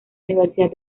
universidad